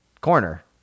Corner